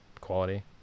quality